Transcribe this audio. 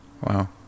Wow